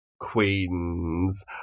queens